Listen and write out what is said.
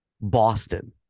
Boston